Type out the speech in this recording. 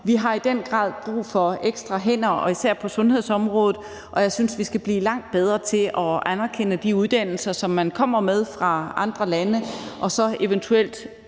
Vi har i den grad brug for ekstra hænder, især på sundhedsområdet. Og jeg synes, at vi skal blive langt bedre til at anerkende de uddannelser, man kommer med fra andre lande, og så eventuelt